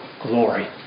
glory